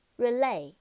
Relay